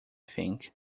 think